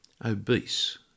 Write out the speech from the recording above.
obese